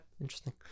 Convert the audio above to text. Interesting